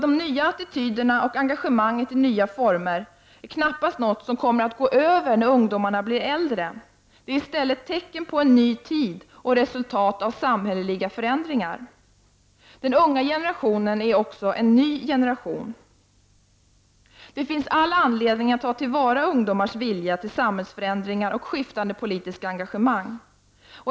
De nya attityderna och engagemanget i nya former är knappast något som kommer att ”gå över när ungdomarna blir äldre”. Det är i stället tecken på en ny tid och resultat av samhälleliga förändringar. Den unga generationen är också en ny generation. Det finns all anledning att ta till vara ungdomars vilja till samhällsförändringar och skiftande politiska engagemang.